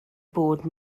bod